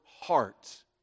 heart